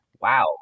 Wow